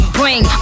bring